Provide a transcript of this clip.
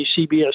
CBS